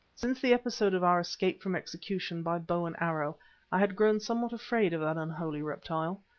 since the episode of our escape from execution by bow and arrow i had grown somewhat afraid of that unholy reptile.